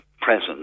presence